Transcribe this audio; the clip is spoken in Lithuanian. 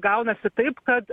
gaunasi taip kad